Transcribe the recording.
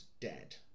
Dead